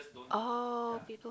orh people